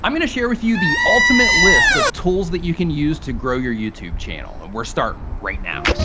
i'm gonna share with you the ultimate list of tools that you can use to grow your youtube channel. and we're starting right now.